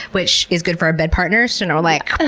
which is good for our bed partners to know. like